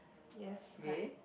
yes correct